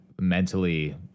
mentally